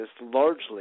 largely